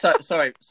Sorry